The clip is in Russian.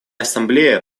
ассамблея